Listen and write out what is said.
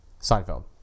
Seinfeld